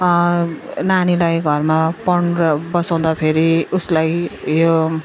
नानीलाई घरमा पढ्न बसाउँदाफेरि उसलाई यो